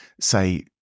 say